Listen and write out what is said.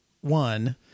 one